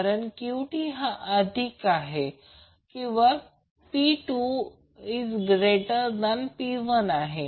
कारण QT हा अधिक किंवा P2P1आहे